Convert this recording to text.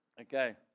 Okay